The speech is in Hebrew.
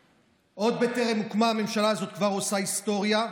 עוד בטרם הוקמה הממשלה הזאת היא כבר עושה היסטוריה.